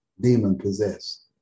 demon-possessed